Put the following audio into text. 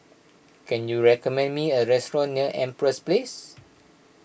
can you recommend me a restaurant near Empress Place